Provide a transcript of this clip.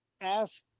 ask